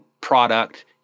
product